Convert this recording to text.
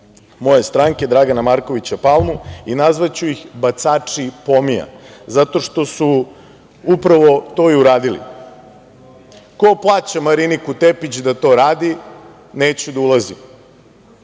moje stranke Dragana Markovića Palma i nazvaću ih – bacači pomija. Zato što su upravo to i uradili. Ko plaća Mariniku Tepić da to radi, neću da ulazim,